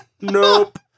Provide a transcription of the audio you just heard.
Nope